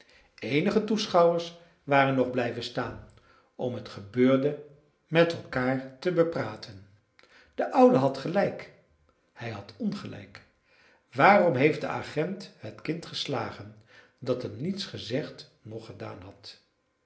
eenige toeschouwers waren nog blijven staan om het gebeurde met elkaar te bepraten de oude had gelijk hij had ongelijk waarom heeft de agent het kind geslagen dat hem niets gezegd noch gedaan had